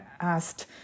asked